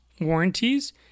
warranties